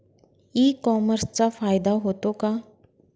E कॉमर्सचा फायदा होतो का?